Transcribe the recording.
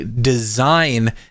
design